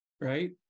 Right